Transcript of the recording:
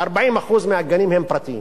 כ-40% מהגנים הם פרטיים.